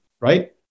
right